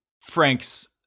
Frank's